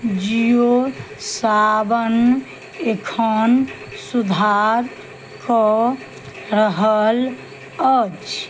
जीओ सावन एखन सुधार कए रहल अछि